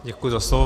Děkuji za slovo.